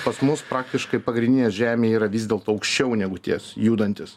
pas mus praktiškai pagrindinė žemė yra vis dėlto aukščiau negu ties judantis